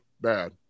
bad